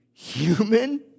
Human